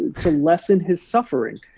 to lessen his suffering.